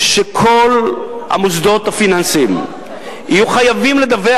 שכל המוסדות הפיננסיים יהיו חייבים לדווח